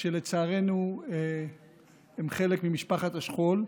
שלצערנו הם חלק ממשפחת השכול.